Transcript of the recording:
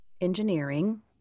engineering